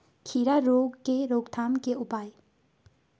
खीरा रोग के रोकथाम के उपाय?